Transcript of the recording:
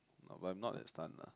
no but I'm not that stun lah